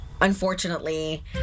Unfortunately